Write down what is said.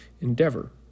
endeavor